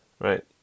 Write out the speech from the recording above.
right